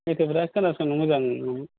मेथायफोरा खोनासंनो मोजां मोनो